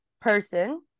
person